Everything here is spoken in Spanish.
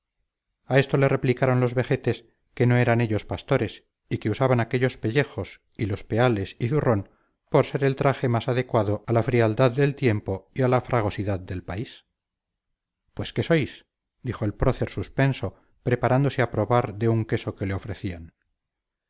a esto replicaron los vejetes que no eran ellos pastores y que usaban aquellos pellejos y los peales y zurrón por ser el traje más adecuado a la frialdad del tiempo y a la fragosidad del país pues qué sois dijo el prócer suspenso preparándose a probar de un queso que le ofrecían